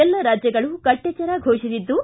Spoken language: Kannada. ಎಲ್ಲ ರಾಜ್ಯಗಳು ಕಟ್ಟೆಚ್ವರ ಘೋಷಿಸಿದ್ದು